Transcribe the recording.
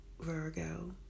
Virgo